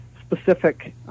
specific